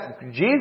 Jesus